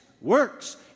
works